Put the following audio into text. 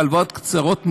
בהלוואות קצרות מועד,